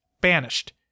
Banished